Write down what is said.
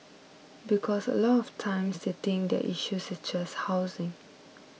because a lot of times they think their issue is just housing